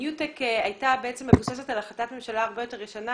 הניו-טק הייתה בעצם מבוססת על החלטת ממשלה הרבה יותר ישנה,